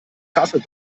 kasse